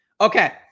Okay